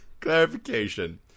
Clarification